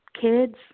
kids